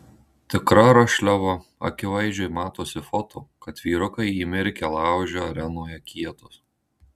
tikra rašliava akivaizdžiai matosi foto kad vyrukai įmirkę laužia arenoje kietus